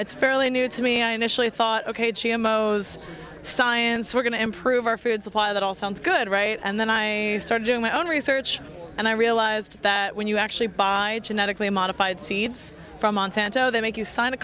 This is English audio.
it's fairly new to me i initially thought ok g m o's science we're going to improve our food supply that all sounds good right and then i started doing my own research and i realized that when you actually buy genetically modified seeds from monsanto they make you sign a